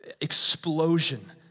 explosion